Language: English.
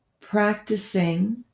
practicing